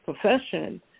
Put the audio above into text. profession